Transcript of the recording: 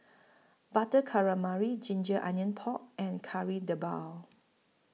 Butter Calamari Ginger Onions Pork and Kari Debal